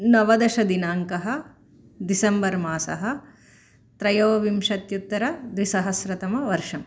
नवदशदिनाङ्कः दिसेम्बर् मासः त्रयोविंशत्युत्तर द्विसहस्रतमवर्षः